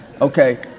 okay